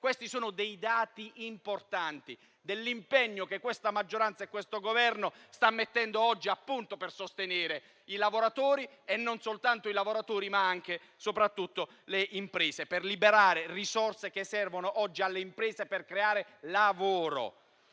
Questi sono dati importanti, che testimoniano l'impegno che la maggioranza e il Governo stanno mettendo oggi a punto, per sostenere i lavoratori e non solo, ma anche e soprattutto le imprese, per liberare risorse che servono oggi alle imprese, per creare lavoro.